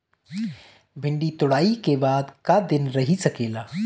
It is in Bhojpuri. भिन्डी तुड़ायी के बाद क दिन रही सकेला?